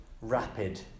rapid